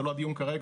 זה לא הדיון כרגע,